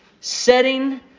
Setting